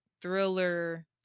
thriller